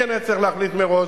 כן היה צריך להחליט מראש.